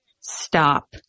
stop